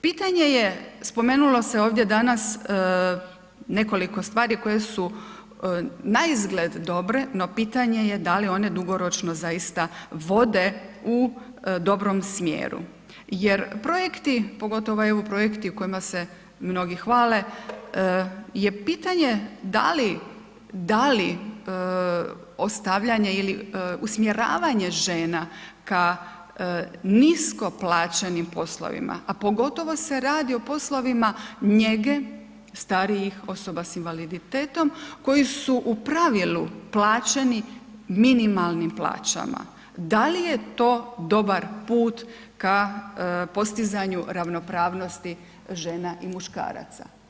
Pitanje je, spomenulo se ovdje danas nekoliko stvari koje su naizgled dobre, no pitanje da li one dugoročno zaista vode u dobrom smjeru, jer projekti, pogotovo EU projekti u kojima se mnogi hvale, je pitanje da li, da li ostavljanje ili usmjeravanje žena ka nisko plaćenim poslovima, a pogotovo se radi o poslovima njege starijih osoba s invaliditetom koji su u pravilu plaćeni minimalnim plaćama, da li je to dobar put ka postizanju ravnopravnosti žena i muškaraca?